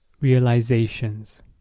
realizations